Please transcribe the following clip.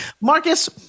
Marcus